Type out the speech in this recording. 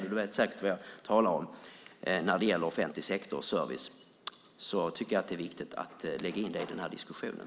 Ministern vet säkert vad jag talar om när det gäller offentlig sektor och service. Jag tycker att det är viktigt att lägga in det i diskussionen.